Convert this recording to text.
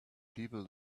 people